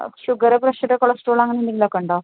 sugar pressure cholesterol അങ്ങനെന്തെങ്കിലൊക്കെ ഉണ്ടോ